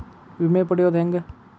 ವಿಮೆ ಪಡಿಯೋದ ಹೆಂಗ್?